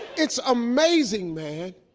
it's amazing, man,